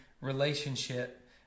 relationship